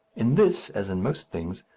in this, as in most things,